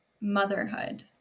motherhood